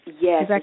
Yes